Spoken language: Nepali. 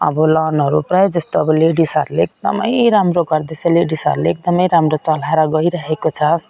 अब लोनहरू प्रायः जस्तो अब लेडिजहरूले एकदमै राम्रो गर्दैछ लेडिजहरूले एकदमै राम्रो चलाएर गइरहेको छ